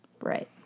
right